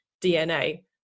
DNA